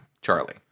Charlie